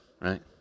right